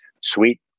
sweet